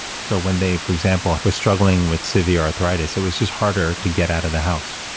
so when they, for example, were struggling with severe arthritis, it was just harder to get out of the house,